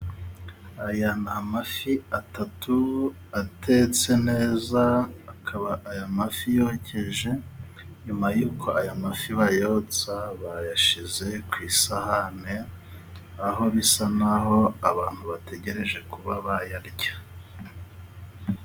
Aya ni amafi atatu atetse neza, akaba aya mafi yokeje, nyuma y'uko aya mafi bayotsa bayashyize ku isahani aho bisa naho abantu bategereje kuba bayarya.